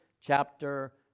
chapter